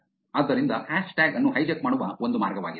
ಆದ್ದರಿಂದ ಹ್ಯಾಶ್ಟ್ಯಾಗ್ ಅನ್ನು ಹೈಜಾಕ್ ಮಾಡುವ ಒಂದು ಮಾರ್ಗವಾಗಿದೆ